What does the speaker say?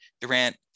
Durant